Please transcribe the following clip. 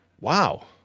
Wow